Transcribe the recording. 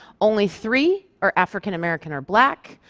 only three are african-american or black,